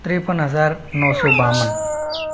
तिरेपन हजार नौ सौ बावन